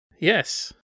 Yes